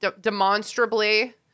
demonstrably